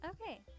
Okay